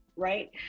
Right